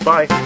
Bye